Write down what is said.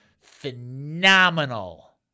Phenomenal